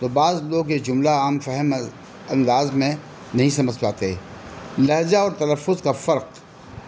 تو بعض لوگ کے جملہ عام فہم انداز میں نہیں سمجھ پاتے لہجہ اور تلفظ کا فرق